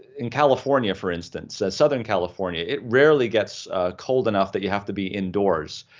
in california, for instance, southern california, it rarely gets cold enough that you have to be indoors,